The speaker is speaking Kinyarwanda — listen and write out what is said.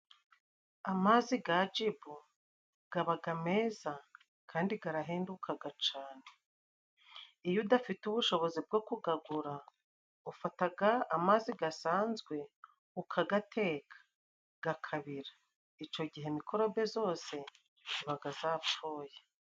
Amazi gajibu gabaga meza kandi garahendukaga cane iyo udafite ubushobozi bwo kugagura ufataga amazi gasanzwe ukagateka gakabira ico gihe mikorobe zose zibaga zapfuye.